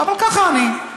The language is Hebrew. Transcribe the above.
אבל ככה אני.